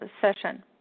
session